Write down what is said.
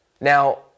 Now